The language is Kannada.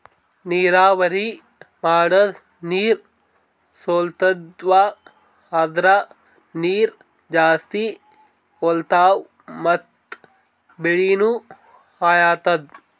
ನೀರಾವರಿ ಮಾಡದ್ ನೀರ್ ಸೊರ್ಲತಿದ್ವು ಅಂದ್ರ ನೀರ್ ಜಾಸ್ತಿ ಹೋತಾವ್ ಮತ್ ಬೆಳಿನೂ ಹಾಳಾತದ